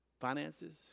finances